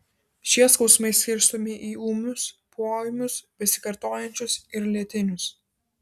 šie skausmai skirstomi į ūmius poūmius besikartojančius ir lėtinius